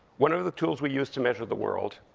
one of the tools we use to measure the world